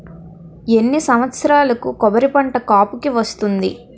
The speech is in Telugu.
ఎన్ని సంవత్సరాలకు కొబ్బరి పంట కాపుకి వస్తుంది?